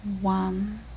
One